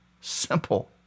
simple